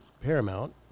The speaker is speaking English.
Paramount